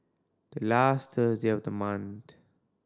the last Thursday of the month